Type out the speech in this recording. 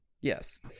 yes